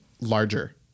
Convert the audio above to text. larger